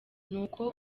nuko